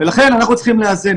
ולכן אנחנו צריכים לאזן.